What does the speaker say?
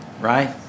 right